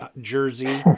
Jersey